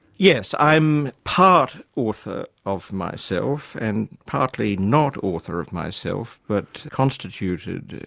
yes. i'm part author of myself, and partly not author of myself, but constituted,